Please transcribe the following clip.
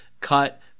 cut